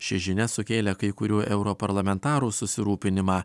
ši žinia sukėlė kai kurių europarlamentarų susirūpinimą